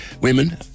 women